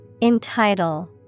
Entitle